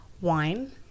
Wine